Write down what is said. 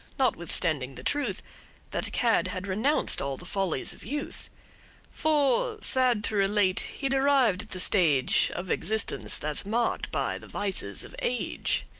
notwithstanding the truth that cadde had renounced all the follies of youth for, sad to relate, he'd arrived at the stage of existence that's marked by the vices of age.